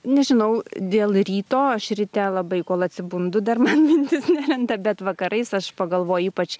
nežinau dėl ryto aš ryte labai kol atsibundu dar man mintys nelenda bet vakarais aš pagalvoju ypač